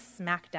smackdown